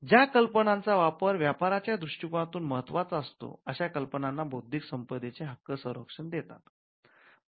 ज्या कल्पनांचा वापर व्यापाराच्या दृष्टिकनातून महत्त्वाचा असतो अशा कल्पनांना बौद्धिक संपदेचे हक्क संरक्षण देतात